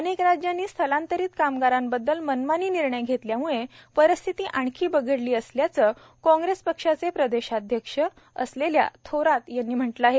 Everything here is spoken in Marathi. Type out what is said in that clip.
अनेक राज्यांनी स्थलांतरित कामगारांबद्दल मनमानी निर्णय घेतल्याम्ळे परिस्थिती आणखी बिघडली असल्याचं काँग्रेस पक्षाचे प्रदेशाध्यक्ष असलेल्या थोरात यांनी म्हटलं आहे